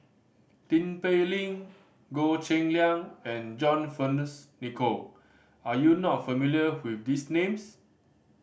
Tin Pei Ling Goh Cheng Liang and John Fearns Nicoll are you not familiar with these names